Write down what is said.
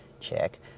check